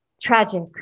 tragic